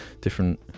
different